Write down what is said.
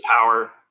power